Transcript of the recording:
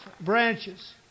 branches